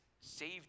saved